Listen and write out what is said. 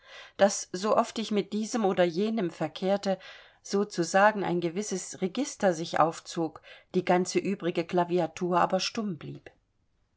daß so oft ich mit diesem oder jenem verkehrte sozusagen nur ein gewisses register sich aufzog die ganze übrige klaviatur aber stumm blieb